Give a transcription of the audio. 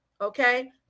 Okay